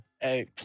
Hey